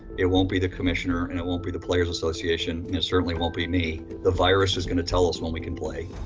it won't be the commissioner, and it won't be the players association, and it certainly won't be me. the virus is going to tell us when we can play.